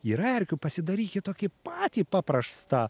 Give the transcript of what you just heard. yra erkių pasidarykit tokį patį paprastą